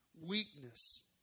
Weakness